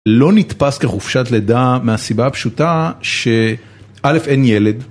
לא נתפס כחופשת לידה מהסיבה הפשוטה שאל״ף אין ילד.